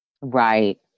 Right